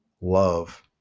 love